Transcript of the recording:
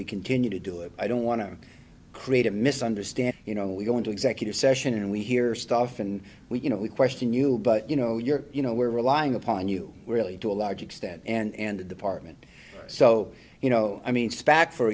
we continue to do it i don't want to create a misunderstanding you know we go into executive session and we hear stuff and we you know we question you but you know you're you know we're relying upon you really to a large extent and department so you know i mean